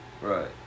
Right